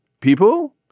people